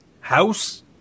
House